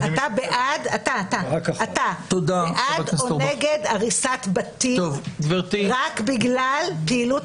אתה בעד או נגד הריסת בתים רק בגלל פעילות